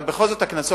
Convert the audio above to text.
אבל בכל זאת הקנסות,